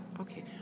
Okay